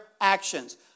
actions